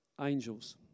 angels